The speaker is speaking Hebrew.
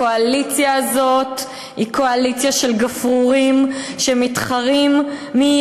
הקואליציה הזאת היא קואליציה של גפרורים שמתחרים מי